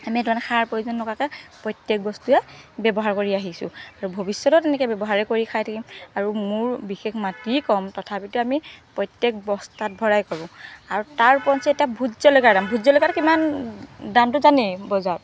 আমি সেইটো কাৰণে সাৰ প্ৰয়োজন নকৰাকৈ প্ৰত্যেক বস্তুৱে ব্যৱহাৰ কৰি আহিছোঁ আৰু ভৱিষ্যতেও তেনেকৈ ব্যৱহাৰেই কৰি খাই থাকিম আৰু মোৰ বিশেষ মাটি কম তথাপিতো আমি প্ৰত্যেক বস্তাত ভৰাই কৰোঁ আৰু তাৰ ওপৰিঞ্চি এতিয়া ভোট জলকীয়াৰ দাম ভোট জলকীয়াটো কিমান দামটো জানেই বজাৰত